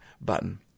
button